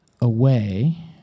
away